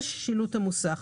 שילוט המוסך